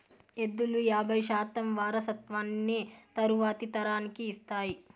ఎద్దులు యాబై శాతం వారసత్వాన్ని తరువాతి తరానికి ఇస్తాయి